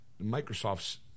Microsoft's